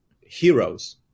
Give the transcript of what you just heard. heroes